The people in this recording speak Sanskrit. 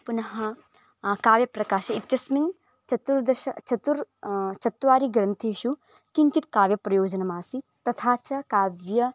पुनः काव्यप्रकाशः इत्यस्मिन् चतुर्दश चतुर् चत्वारि ग्रन्थेषु किञ्चित् काव्यप्रयोजनमासीत् तथा च काव्य